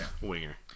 winger